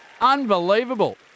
Unbelievable